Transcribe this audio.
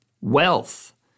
wealth